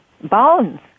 Bones